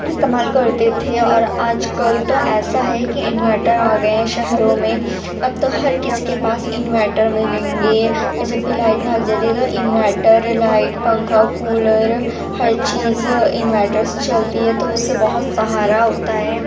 استعمال کرتے تھے اور آج کل تو ایسا ہے کہ انورٹر آ گئے ہیں شہروں میں اب تو ہر کسی کے پاس انورٹر ملیں گے اور جب بھی لائٹ بھاگ جاتی ہے تو انورٹر لائٹ پنکھا کولر ہر چیز انورٹر سے چلتی ہے تو اس سے بہت سہارا ہوتا ہے